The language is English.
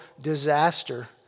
disaster